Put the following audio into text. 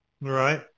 Right